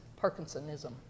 Parkinsonism